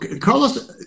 Carlos